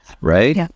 right